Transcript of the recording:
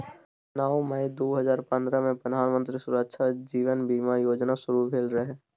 नौ मई दु हजार पंद्रहमे प्रधानमंत्री सुरक्षा जीबन बीमा योजना शुरू भेल रहय